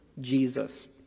Jesus